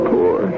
Poor